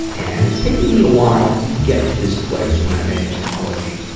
and it's taken me a while to get to this place when i make an apology,